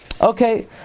Okay